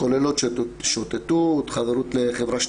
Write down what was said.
הכוללות שוטטות, חברות לחברה שלילית,